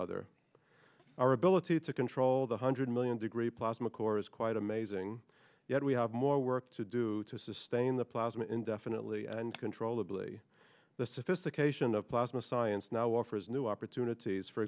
other our ability to control the hundred million degree plasma cores quite amazing yet we have more work to do to sustain the plasma indefinitely and controllability the sophistication of plasma science now offers new opportunities for